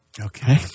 Okay